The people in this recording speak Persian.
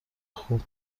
خوب